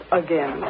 again